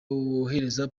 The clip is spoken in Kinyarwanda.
wohereza